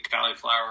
cauliflower